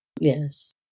Yes